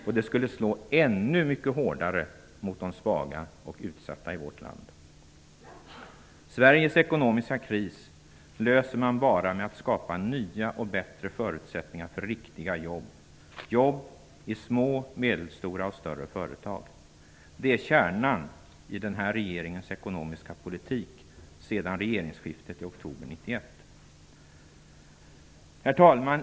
Och det skulle slå ännu mycket hårdare mot de svaga och utsatta i vårt land. Sveriges ekonomiska kris löser man bara med att skapa nya och bättre förutsättningar för riktiga jobb -- jobb i små, medelstora och större företag. Det är kärnan i den här regeringens ekonomiska politik sedan regeringsskiftet i oktober 1991. Herr talman!